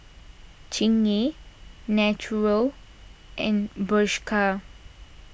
Chingay Naturel and Bershka